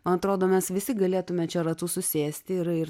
man atrodo mes visi galėtume čia ratu susėsti ir ir